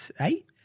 eight